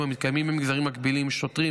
המתקיימים במגזרים מקבילים: שוטרים,